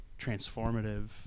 transformative